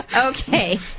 Okay